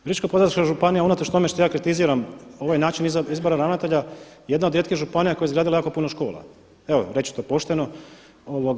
Virovitičko-podravska županija unatoč tome što ja kritiziram ovaj način izbora ravnatelja jedna je od rijetkih županija koja je izgradila jako puno škola, evo reći ću to pošteno.